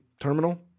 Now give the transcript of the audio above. terminal